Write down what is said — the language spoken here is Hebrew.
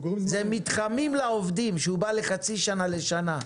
זה מתחמים לעובדים שבאים לחצי שנה או לשנה,